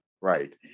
right